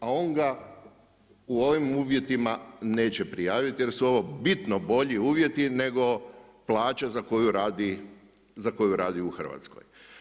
A on ga u ovim uvjetima neće prijaviti, jer su ovo bitno bolji uvjeti nego plaća za koju radi u Hrvatskoj.